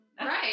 right